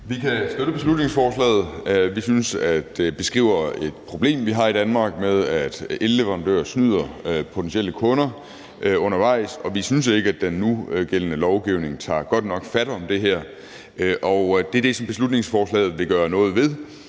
Vi kan støtte beslutningsforslaget. Vi synes, at det beskriver et problem, vi har i Danmark, med, at elleverandører snyder potentielle kunder undervejs. Vi synes ikke, at den nugældende lovgivning tager godt nok fat om det her. Det er det, som beslutningsforslaget vil gøre noget ved.